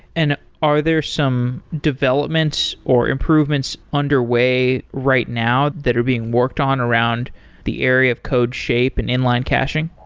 and are there are some development or improvements underway right now that are being worked on around the area of code shape and inline caching?